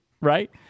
right